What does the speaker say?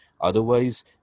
Otherwise